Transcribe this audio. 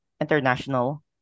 International